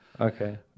Okay